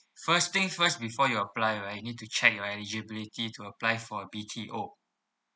first thing first before you apply right you need to check your eligibility to apply for a B_T_O